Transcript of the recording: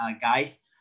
guys